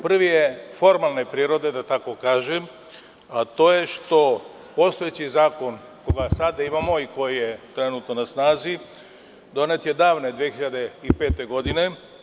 Prvi je formalne prirode, da tako kažem, a to je što postojeći zakon koji sada imamo i koji je trenutno na snazi donet je davne 2005. godine.